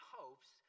hopes